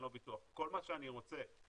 כל מה שאני רוצה.